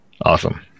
Awesome